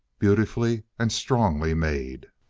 beautifully and strongly made.